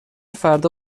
فردا